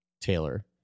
Taylor